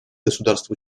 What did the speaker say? государств